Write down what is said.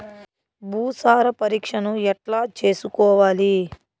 భూసార పరీక్షను ఎట్లా చేసుకోవాలి?